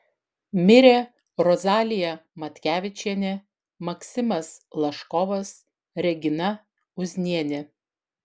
mirė rozalija matkevičienė maksimas laškovas regina uznienė